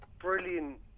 brilliant